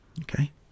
okay